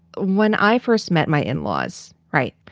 when i first met my in-laws right